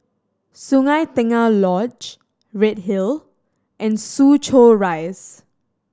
Sungei Tengah Lodge Redhill and Soo Chow Rise